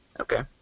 Okay